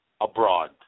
abroad